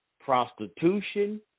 prostitution